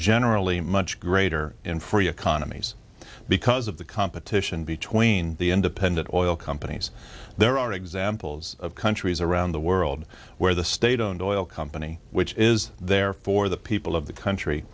generally much greater in free economies because of the competition between the independent oil companies there are examples of countries around the world where the state owned oil company which is there for the people of the country